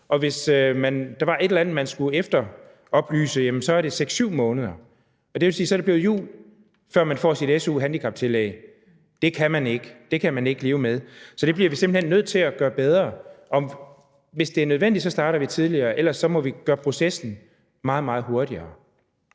og hvis der var et eller andet, man skulle efteroplyse, så var det 6-7 måneder. Det vil sige, at så er det blevet jul, før man får sit su-handicaptillæg. Det kan man ikke leve med. Så det bliver vi simpelt hen nødt til at gøre bedre, Hvis det er nødvendigt, starter vi tidligere, og ellers må vi gøre processen meget, meget hurtigere.